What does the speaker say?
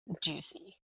juicy